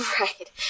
Right